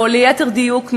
או ליתר דיוק,